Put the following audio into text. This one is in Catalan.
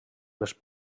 les